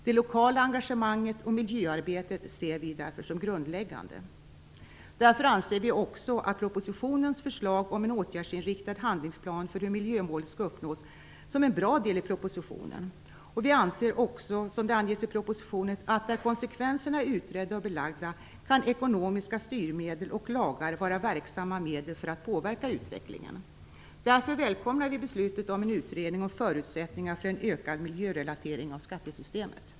Det lokala engagemanget och miljöarbetet ser vi därför som grundläggande. Därför anser vi också att propositionens förslag om en åtgärdsinriktad handlingsplan för hur miljömålet skall uppnås är en bra del av propositionen. Vi anser också, som det anges i propositionen, att där konsekvenserna är utredda och belagda kan ekonomiska styrmedel och lagar vara verksamma medel för att påverka utvecklingen. Därför välkomnar vi beslutet om en utredning om förutsättningar för en ökad miljörelatering av skattesystemet.